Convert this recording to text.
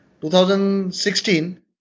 2016